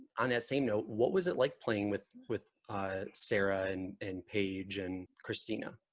on that same note, what was it like playing with with ah sarah and and paige and kristina?